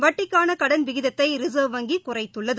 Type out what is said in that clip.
வட்டிக்கானகடன் விகிதத்தைரிசா்வ் வங்கிகுறைத்துள்ளது